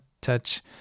touch